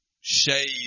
shade